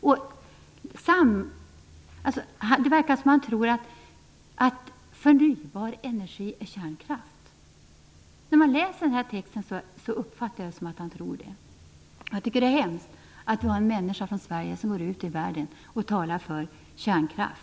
Det verkar som om han tror att förnybar energi är kärnkraft. När man läser texten uppfattar jag det som att han tror det. Jag tycker att det är hemskt att en människa från Sverige går ut i världen och talar för kärnkraft.